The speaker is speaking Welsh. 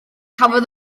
cafodd